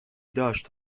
داشت